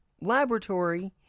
laboratory